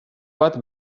bat